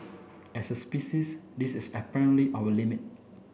as a species this is apparently our limit